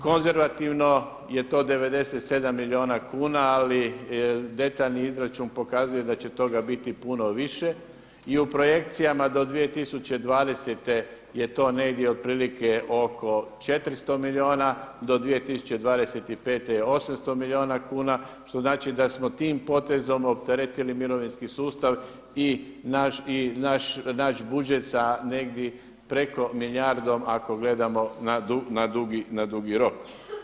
Konzervativno je to 97 milijuna kuna, ali detaljni izračun pokazuje da će toga biti puno više i u projekcijama do 2020. godine je to negdje otprilike oko 400 milijuna, do 2025. je 800 milijuna kuna, što znači da smo tim potezom opteretili mirovinski sustav i naš budžet sa negdje preko milijardom ako gledamo na dugi rok.